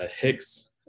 Hicks